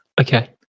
Okay